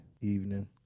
evening